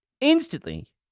instantly